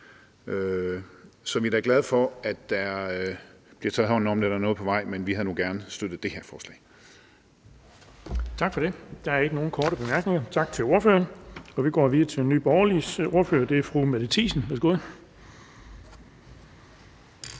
Så vi er da glade for, at der bliver taget hånd om det, og at der er noget på vej. Men vi havde nu gerne støttet det her forslag. Kl. 20:46 Den fg. formand (Erling Bonnesen): Tak for det. Der er ikke nogen korte bemærkninger. Tak til ordføreren. Vi går videre til Nye Borgerliges ordfører, og det er fru Mette Thiesen. Værsgo.